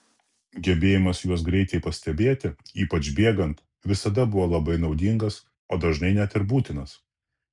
gebėjimas juos greitai pastebėti ypač bėgant visada buvo labai naudingas o dažnai net ir būtinas